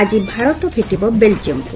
ଆଜି ଭାରତ ଭେଟିବ ବେଲ୍ଜିୟମ୍କୁ